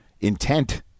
intent